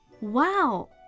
Wow